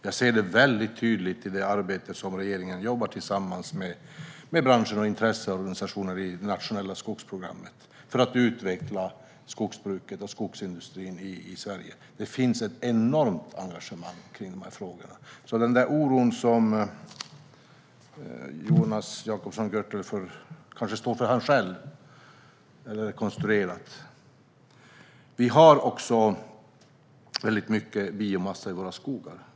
Jag ser det väldigt tydligt i det arbete som regeringen gör tillsammans med branschen och intresseorganisationer i det nationella skogsprogrammet för att utveckla skogsbruket och skogsindustrin i Sverige. Det finns ett enormt engagemang i de här frågorna. Den där oron kanske får stå för Jonas Jacobsson Gjörtler själv. Den kan vara konstruerad. Vi har väldigt mycket biomassa i våra skogar.